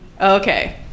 Okay